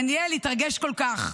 דניאל התרגש כל כך,